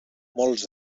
molts